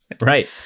Right